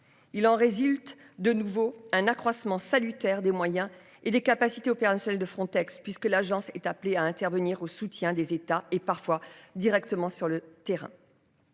Il en résulte de nouveau un accroissement salutaire des moyens et des capacités opérationnelles de Frontex puisque l'agence est appelé à intervenir au soutien des États et parfois directement sur le terrain.